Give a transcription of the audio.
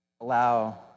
Allow